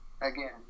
Again